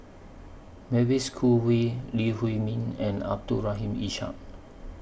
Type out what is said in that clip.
Mavis Khoo Oei Lee Huei Min and Abdul Rahim Ishak